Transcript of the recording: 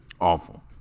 Awful